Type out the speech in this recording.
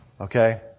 Okay